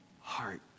heart